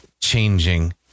changing